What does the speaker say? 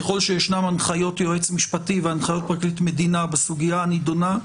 ככל שישנן הנחיות יועץ משפטי והנחיות פרקליט מדינה בסוגיה הנידונה,